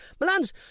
Milan's